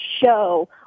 show